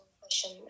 question